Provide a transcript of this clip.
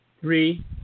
three